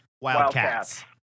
wildcats